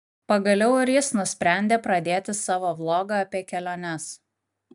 pagaliau ir jis nusprendė pradėti savo vlogą apie keliones